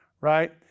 right